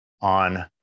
on